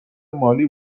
مالی